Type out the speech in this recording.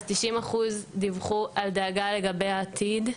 אז 90% דיווחו על דאגה לגבי העתיד.